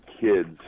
kids